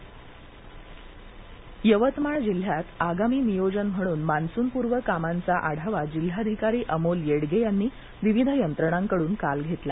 आढावा यवतमाळ यवतमाळ जिल्ह्यात आगामी नियोजन म्हणून मान्सूनपूर्व कामांचा आढावा जिल्हाधिकारी अमोल येडगे यांनी विविध यंत्रणांकडून काल घेतला